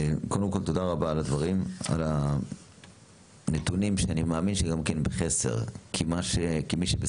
תודה רבה על הנתונים שאני מאמין שגם כן בחסר כי מי שבסכנה